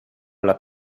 alla